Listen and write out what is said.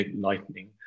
lightning